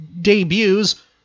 debuts